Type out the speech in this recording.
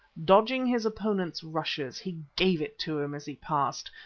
dodging his opponent's rushes, he gave it to him as he passed,